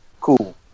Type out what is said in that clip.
Cool